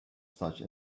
such